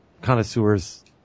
connoisseurs